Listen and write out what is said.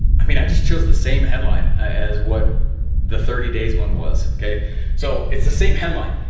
i mean, i just chose the same headline as what the thirty days one was. so it's the same headline.